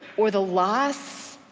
or the loss,